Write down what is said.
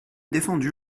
défendu